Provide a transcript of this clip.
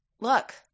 look